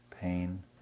pain